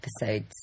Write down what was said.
episodes